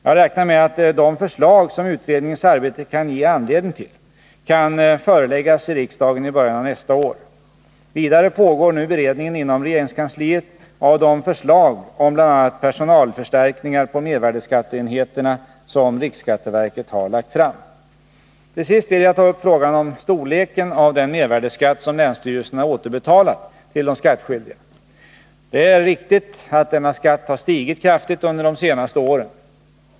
Jag räknar med att de förslag som utredningens arbete kan ge anledning till kan föreläggas riksdagen i början av nästa år. Vidare pågår nu beredningen inom regeringskansliet av de förslag om bl.a. personalförstärkningar på mervärdeskatteenheterna som riksskatteverket har lagt fram. Till sist vill jag ta upp frågan om storleken av den mervärdeskatt som länsstyrelserna återbetalar till de skattskyldiga. Det är riktigt att denna skatt har stigit kraftigt under de senaste åren.